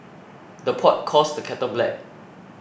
the pot calls the kettle black